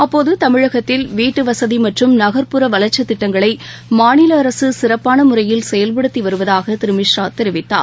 அப்போதுதமிழகத்தில் வீட்டுவசதிமற்றும் நகர்ப்புற வளர்ச்சித் திட்டங்களைமாநிலஅரசுசிறப்பானமுறையில் செயல்படுத்திவருவதாகதிருதர்கா சங்கர் மிஸ்ரா தெரிவித்தார்